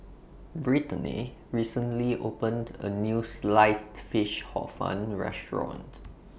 Britany recently opened A New Sliced Fish Hor Fun Restaurant